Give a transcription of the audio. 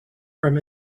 from